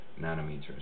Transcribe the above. nanometers